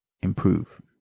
improve